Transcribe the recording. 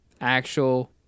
Actual